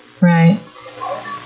Right